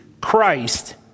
Christ